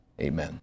amen